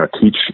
teach